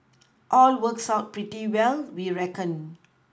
all works out pretty well we reckon